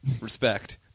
Respect